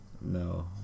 No